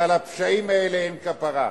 ועל הפשעים האלה אין כפרה.